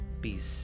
peace